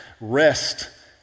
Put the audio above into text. rest